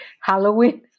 Halloween